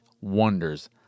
wonders